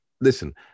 listen